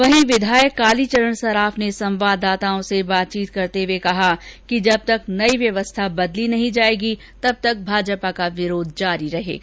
वहीं विधायक कालीचरण सराफ ने संवाददाताओं से बातचीत करते हुए कहा कि जब तक नई व्यवस्था बदली नहीं जाएगी तब तक भाजपा का विरोध जारी रहेगा